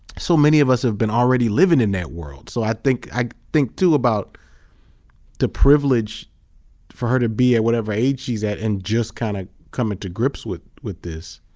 so many of us have been already living in that world. so i think i think too about the privilege for her to be at whatever age she's at and just kind of coming to grips with this. this.